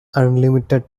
unlimited